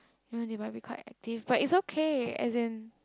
you know they may be quite active but is okay as in